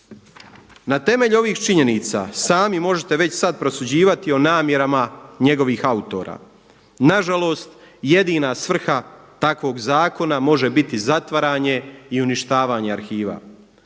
Na temelju ovih činjenica sami možete već sad prosuđivati o namjerama njegovih autora. Na žalost jedina svrha takvog zakona može biti zatvaranje i uništavanje arhiva.